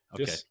Okay